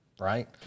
right